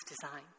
design